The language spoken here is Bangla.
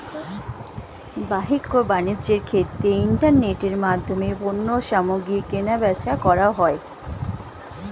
বাহ্যিক বাণিজ্যের ক্ষেত্রে ইন্টারনেটের মাধ্যমে পণ্যসামগ্রী কেনাবেচা করা হয়